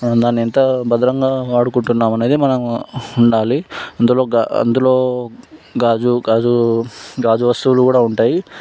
మనం దాన్ని ఎంత భద్రంగా వాడుకుంటున్నాము అనేది మనం ఉండాలి అందులో అందులో గాజు గాజు గాజు వస్తువులు కూడా ఉంటాయి